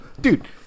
dude